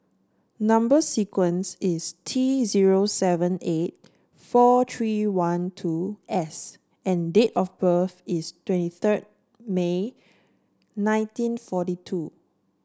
number sequence is T zero seven eight four three one two S and date of birth is twenty third May nineteen forty two